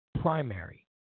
primary